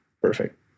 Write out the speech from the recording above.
perfect